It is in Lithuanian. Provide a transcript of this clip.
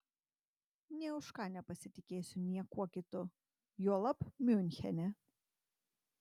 nė už ką nepasitikėsiu niekuo kitu juolab miunchene